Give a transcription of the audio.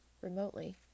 remotely